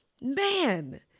Man